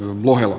muheva